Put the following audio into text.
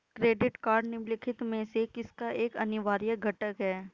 Credit card निम्नलिखित में से किसका एक अनिवार्य घटक है?